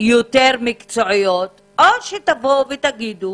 יותר מקצועיות, או שתגידו